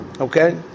Okay